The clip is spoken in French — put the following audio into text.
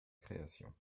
création